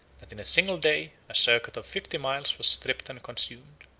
that in a single day a circuit of fifty miles was stripped and consumed.